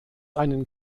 einen